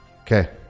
okay